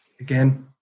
again